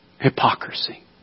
Hypocrisy